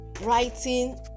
writing